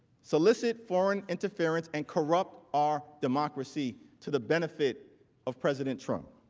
solicit foreign interference and corrupt our democracy to the benefit of president trump.